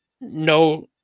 no